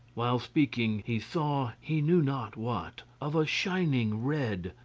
while speaking, he saw he knew not what, of a shining red,